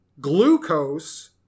glucose